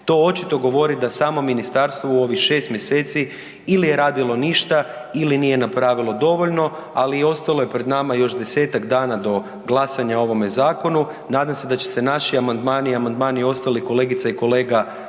To očito govori da samo ministarstvo u ovih šest mjeseci ili je radilo ništa ili nije napravilo dovoljno, ali i ostalo je pred nama još desetak dana do glasanja o ovome zakonu, nadam se da će se naši amandmani i amandmani ostalih kolegica i kolega